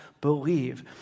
Believe